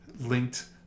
linked